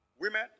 Women